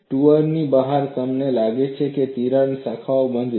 2R ની બહાર તમને લાગે છે કે તિરાડ શાખાઓ બંધ છે